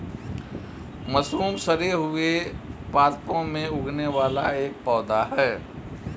mushroom सड़े हुए पादपों में उगने वाला एक पौधा है